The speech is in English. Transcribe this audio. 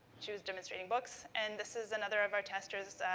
she was demonstrating books. and this is another of our testers,